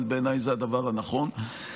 בעיניי זה הדבר הנכון.